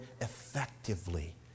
effectively